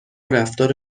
رفتار